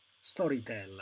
storyteller